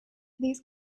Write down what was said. these